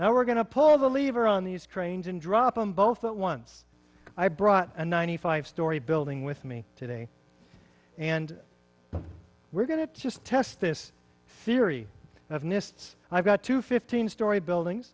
now we're going to pull the lever on these cranes and drop them both at once i brought a ninety five story building with me today and we're going to just test this theory of nist i've got two fifteen story buildings